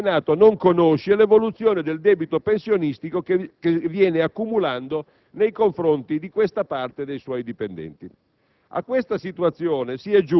Al contempo, ovviamente, il Senato non conosce l'evoluzione del debito pensionistico che si viene accumulando nei confronti di questa parte dei suoi dipendenti.